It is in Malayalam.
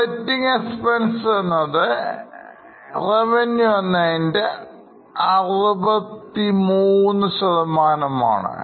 Operating expenses എന്നത് Revenue എന്നതിൻറെ63 ആണ്